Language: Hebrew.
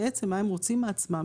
בעצם מה הם רוצים מעצמם,